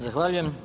Zahvaljujem.